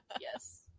Yes